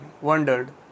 Wondered